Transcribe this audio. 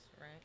right